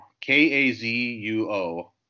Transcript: K-A-Z-U-O